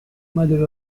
mother